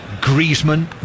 Griezmann